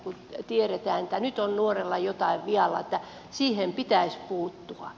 kun tiedetään että nyt on nuorella jotain vialla siihen pitäisi puuttua